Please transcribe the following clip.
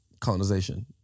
colonization